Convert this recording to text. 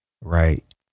right